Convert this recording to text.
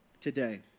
today